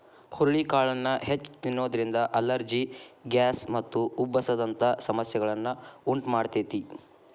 ಹುರಳಿಕಾಳನ್ನ ಹೆಚ್ಚ್ ತಿನ್ನೋದ್ರಿಂದ allergy, gas ಮತ್ತು ಉಬ್ಬಸ ದಂತ ಸಮಸ್ಯೆಗಳನ್ನ ಉಂಟಮಾಡ್ತೇತಿ